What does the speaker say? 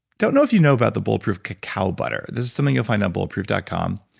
don't know if you know about the bulletproof cacao butter. this is something you'll find at bulletproof dot com,